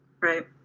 Right